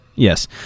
Yes